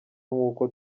nkuko